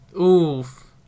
Oof